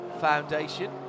Foundation